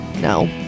No